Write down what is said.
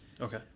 okay